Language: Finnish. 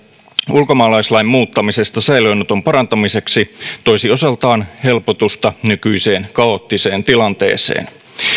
ulkomaalaislain muuttamisesta säilöönoton parantamiseksi toisi osaltaan helpotusta nykyiseen kaoottiseen tilanteeseen